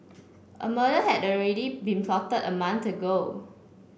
a murder had already been plotted a month ago